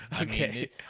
Okay